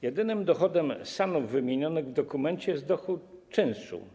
Jedynym dochodem SAN-ów wymienionych w dokumencie jest dochód z czynszu.